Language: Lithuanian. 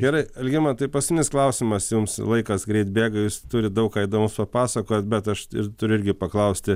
gerai algimantai paskutinis klausimas jums laikas greit bėga jūs turit daug ką įdomaus papasakoti bet aš turiu irgi paklausti